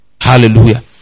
Hallelujah